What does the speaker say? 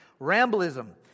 Ramblism